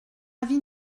avis